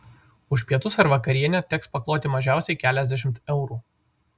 už pietus ar vakarienę teks pakloti mažiausiai keliasdešimt eurų